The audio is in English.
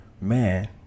man